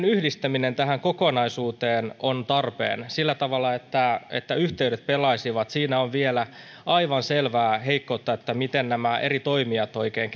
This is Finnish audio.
yhdistäminen tähän kokonaisuuteen sillä tavalla että että yhteydet pelaisivat on tarpeen siinä on vielä aivan selvää heikkoutta miten nämä eri toimijat oikein